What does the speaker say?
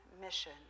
mission